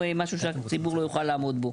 זה משהו שהציבור לא יוכל לעמוד בו.